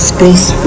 Space